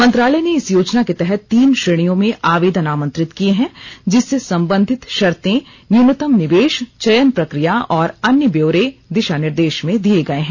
मंत्रालय ने इस योजना के तहत तीन श्रेणियों में आवेदन आमंत्रित किए है जिससे संबंधित शर्ते न्यूनतम निवेश चयन प्रक्रिया और अन्य ब्यौरे दिशा निर्देश में दिए गए हैं